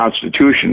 Constitution